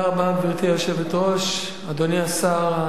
גברתי היושבת-ראש, תודה רבה, אדוני השר,